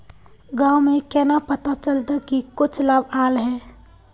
गाँव में केना पता चलता की कुछ लाभ आल है?